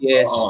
Yes